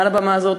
מעל הבמה הזאת,